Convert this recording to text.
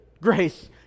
grace